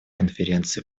конференции